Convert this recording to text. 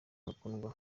mukundwa